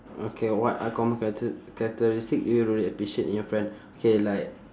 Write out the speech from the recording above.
okay what uncommon character~ characteristic do you really appreciate in your friend okay like